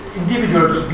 individuals